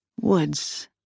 Woods